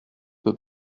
peut